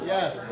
Yes